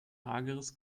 hageres